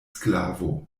sklavo